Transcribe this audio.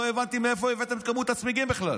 לא הבנתי מאיפה הבאתם את כמות הצמיגים בכלל.